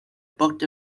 booked